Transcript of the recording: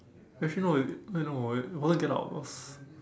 actually no it eh no wait it wasn't it get out it was